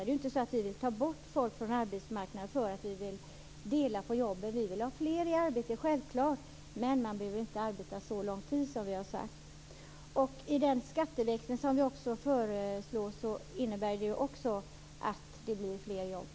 Det är ju inte så att vi vill ta bort folk från arbetsmarknaden för att vi vill dela på jobben. Vi vill självklart ha fler i arbete, men man behöver inte arbeta så lång tid, som vi har sagt. Den skatteväxling som vi också föreslår innebär också att det blir fler jobb.